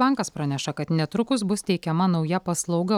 bankas praneša kad netrukus bus teikiama nauja paslauga